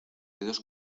dedos